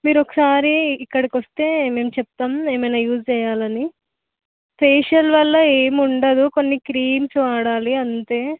మీరు ఒకసారి ఇక్కడికి వస్తే మేము చెప్తాము ఏమైనా యూజ్ చేయాలని ఫేషియల్ వల్ల ఏం ఉండదు కొన్ని క్రీమ్స్ వాడాలి అంతే